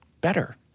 better